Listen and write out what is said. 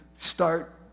Start